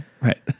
Right